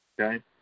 Okay